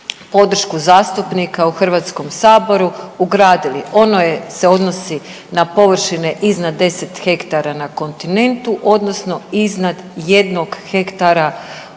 podršku zastupnika u Hrvatskom saboru ugradili. Ono je, se odnosi na površine iznad 10 hektara na kontinentu odnosno iznad 1 hektara